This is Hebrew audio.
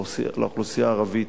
לאוכלוסייה הערבית